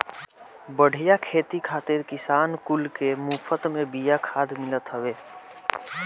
बढ़िया खेती खातिर किसान कुल के मुफत में बिया खाद मिलत हवे